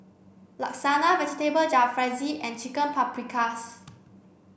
Lasagna Vegetable Jalfrezi and Chicken Paprikas